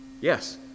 yes